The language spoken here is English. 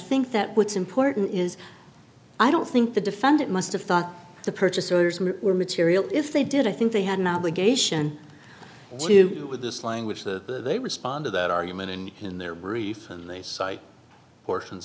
think that what's important is i don't think the defendant must have thought the purchase orders were material if they did i think they had an obligation to do with this language that they respond to that argument in in their brief and they cite portions